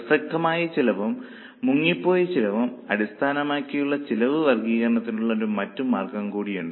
പ്രസക്തമായ ചെലവും മുങ്ങിപ്പോയ ചെലവുകളും അടിസ്ഥാനമാക്കിയുള്ള ചെലവ് വർഗ്ഗീകരിക്കുന്നതിനുള്ള മറ്റൊരു മാർഗ്ഗം കൂടിയുണ്ട്